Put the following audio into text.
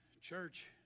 Church